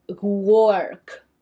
work